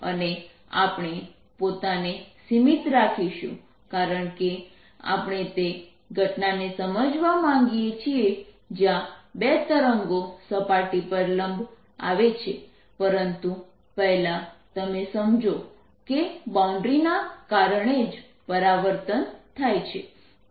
અને આપણે પોતાને સીમિત રાખીશું કારણકે આપણે તે ઘટનાને સમજવા માંગીએ છીએ જયાં બે તરંગો સપાટી પર લંબ આવે છે પરંતુ પહેલા તમે સમજો કે બાઉન્ડ્રીના કારણે જ પરાવર્તન થાય છે